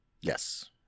yes